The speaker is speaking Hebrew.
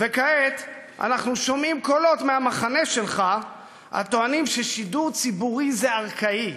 וכעת אנחנו שומעים קולות מהמחנה שלך הטוענים ששידור ציבורי זה ארכאי,